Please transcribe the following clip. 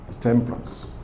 temperance